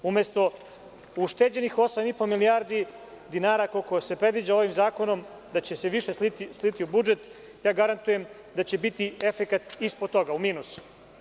Umesto ušteđenih 8,5 milijardi dinara koliko se predviđa ovim zakonom da će se više sliti u budžet, ja garantujem da će biti efekat ispod toga, u minusu.